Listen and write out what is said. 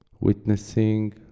witnessing